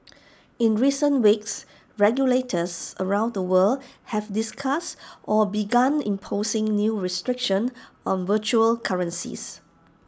in recent weeks regulators around the world have discussed or begun imposing new restrictions on virtual currencies